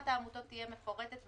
רשימת העמותות תהיה מפורטת,